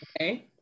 okay